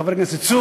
חבר הכנסת צור.